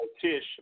Tish